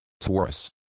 Taurus